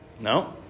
No